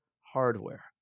hardware